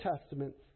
Testaments